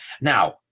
Now